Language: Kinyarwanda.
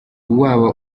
waba